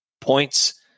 Points